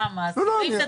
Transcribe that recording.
לא הגישה דוחות.